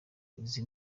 izi